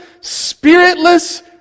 spiritless